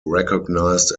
recognized